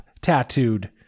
tattooed